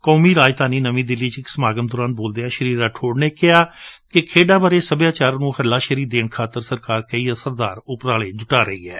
ਕੋਮੀ ਰਾਜਾਧਾਨੀ ਨਵੀਂ ਦਿੱਲੀ ਵਿਚ ਇਕ ਸਮਾਗਮ ਦੌਰਾਨ ਬੋਲਦਿਆਂ ਸ੍ਸੀ ਰਾਠੌੜ ਨੇ ਕਿਹਾ ਕਿ ਖੇਡਾਂ ਬਾਰੇ ਸਭਿਆਚਾਰ ਨੁੰ ਹੱਲਾ ਸ਼ੇਰੀ ਦੇਣ ਖਾਤਰ ਕਈ ਅਸਰਦਾਰ ਉਪਰਾਲੇ ਜੁਟਾ ਰਹੀ ਏ